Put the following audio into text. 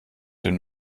den